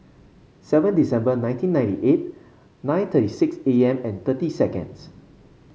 seven December nineteen ninety eight nine thirty six A M and thirty seconds